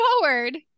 forward